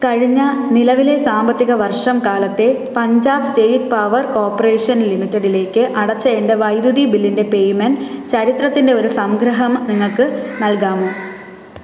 കഴിഞ്ഞ നിലവിലെ സാമ്പത്തിക വർഷം കാലത്തെ പഞ്ചാബ് സ്റ്റേറ്റ് പവർ കോർപ്പറേഷൻ ലിമിറ്റഡിലേക്ക് അടച്ച എന്റെ വൈദ്യുതി ബില്ലിന്റെ പേയ്മെൻറ് ചരിത്രത്തിന്റെ ഒരു സംഗ്രഹം നിങ്ങൾക്ക് നൽകാമോ